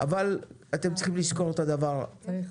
אבל אתם צריכים לזכור את הדבר הבא.